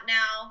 now